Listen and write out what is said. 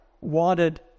wanted